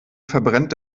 verbrennt